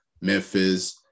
Memphis